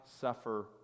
suffer